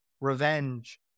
Revenge